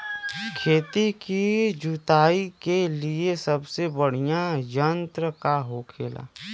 खेत की जुताई के लिए सबसे बढ़ियां यंत्र का होखेला?